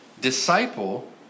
disciple